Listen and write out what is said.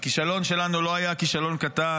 והכישלון שלנו לא היה כישלון קטן,